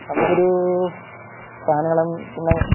നമുക്ക് ഒരു സാധനങ്ങളും പിന്നെ